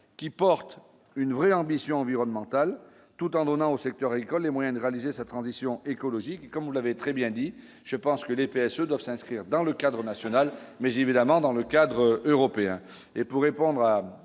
qui porte une vraie ambition environnementale, tout en donnant au secteur agricole, les moyens de réaliser cette transition écologique comme vous l'avez très bien dit, je pense que les pièces doivent s'inscrire dans le cadre national, mais évidemment, dans le cadre européen